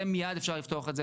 זה מיד אפשר לפתוח את זה,